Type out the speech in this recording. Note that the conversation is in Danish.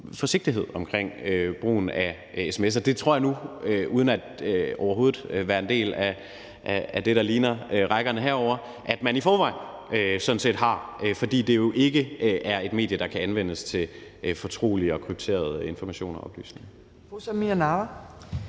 forsigtighed omkring brugen af sms'er. Det tror jeg nu sådan set – uden overhovedet at være en del af det, der ligner rækkerne herovre – at man i forvejen har, fordi det jo ikke er et medie, der kan anvendes til fortrolige og krypterede informationer og oplysninger.